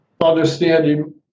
understanding